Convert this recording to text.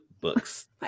books